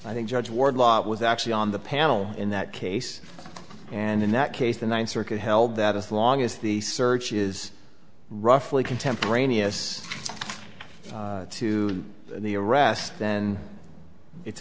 think judge wardlaw was actually on the panel in that case and in that case the ninth circuit held that as long as the search is roughly contemporaneous to the arrest then it's